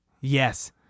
Yes